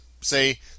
say